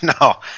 no